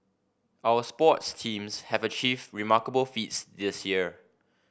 our sports teams have achieved remarkable feats this year